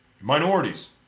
Minorities